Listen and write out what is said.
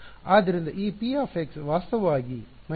ಆದ್ದರಿಂದ ಈ p ವಾಸ್ತವವಾಗಿ − 1μr ಆಗಿರುತ್ತದೆ